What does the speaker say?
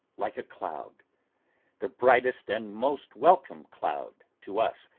like a cloud the brightest and most welcome cloud, to us,